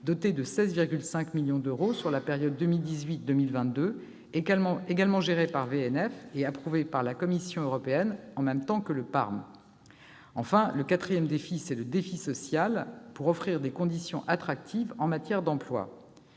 doté de 16,5 millions d'euros sur la période 2018-2022, également géré par VNF et approuvé par la Commission européenne en même temps que le PARM. Enfin, le quatrième défi est le défi social ; il s'agit d'offrir des conditions attractives d'emploi.